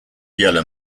yellow